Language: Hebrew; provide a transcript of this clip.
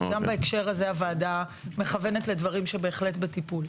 אז גם בהקשר הזה הוועדה מכוונת לדברים שהם בהחלט בטיפול.